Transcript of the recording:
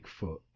Bigfoot